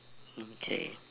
okay